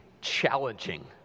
challenging